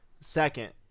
Second